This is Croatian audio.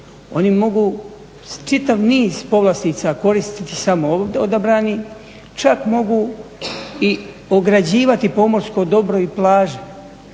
Oni mogu čitav niz povlastica koristiti, samo odabrani, čak mogu i ograđivati pomorsko dobro i plaže,